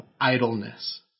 idleness